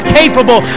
capable